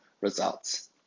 results